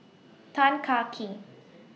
Tan Kah Kee